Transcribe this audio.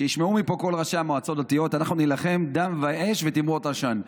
שישמעו מפה כל ראשי המועצות הדתיות: אנחנו נילחם דם ואש ותמרות עשן,